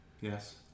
Yes